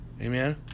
Amen